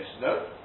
No